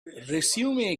resume